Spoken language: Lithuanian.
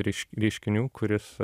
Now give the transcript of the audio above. reiš reiškinių kuris